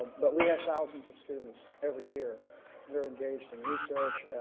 but we have thousands of students every year who are engaged in research.